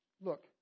look